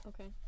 Okay